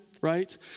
right